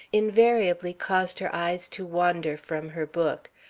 invariably caused her eyes to wander from her book,